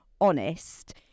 honest